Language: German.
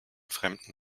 fremden